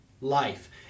life